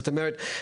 זאת אומרת,